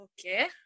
Okay